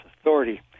Authority